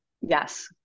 Yes